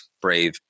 Brave